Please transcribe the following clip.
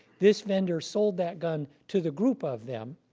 this vendor sold that gun to the group of them,